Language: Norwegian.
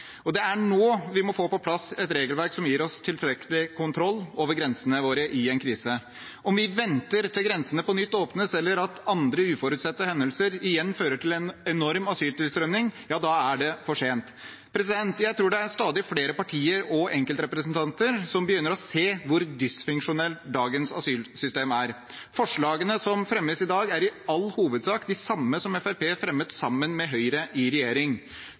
vare. Det er nå vi må få på plass et regelverk som gir oss tilstrekkelig kontroll over grensene våre i en krise. Om vi venter til grensene på nytt åpnes eller at andre uforutsette hendelser igjen fører til en enorm asyltilstrømning, er det for sent. Jeg tror det er stadig flere partier og enkeltrepresentanter som begynner å se hvor dysfunksjonelt dagens asylsystem er. Forslagene som fremmes i dag, er i all hovedsak de samme som Fremskrittspartiet fremmet sammen med Høyre i regjering.